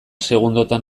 segundotan